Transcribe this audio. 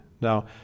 Now